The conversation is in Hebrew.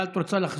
תודה רבה.